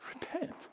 repent